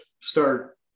start